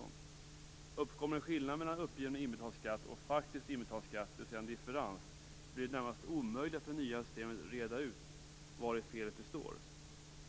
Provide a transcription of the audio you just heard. Om det uppkommer skillnad mellan uppgiven inbetald skatt och faktisk inbetald skatt, dvs. en differens, blir det närmast omöjligt att med det nya systemet reda ut vari felet består.